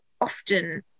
often